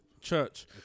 church